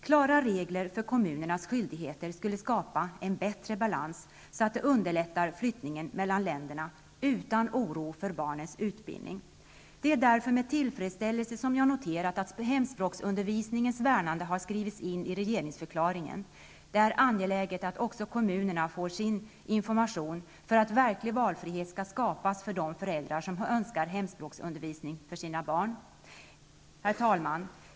Klara regler för kommunernas skyldigheter skulle skapa en bättre balans, så att det underlättar flyttningen mellan länderna utan oro för barnens utbildning. Det är därför med tillfredsställelse som jag noterat att hemspråksundervisningens värnande har skrivits in i regeringsförklaringen. Det är angeläget att också kommunerna får sådan information, att verklig valfrihet kan skapas för de föräldrar som önskar hemspråksundervisning för sina barn. Herr talman!